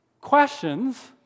questions